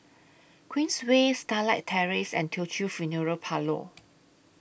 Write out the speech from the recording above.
Queensway Starlight Terrace and Teochew Funeral Parlour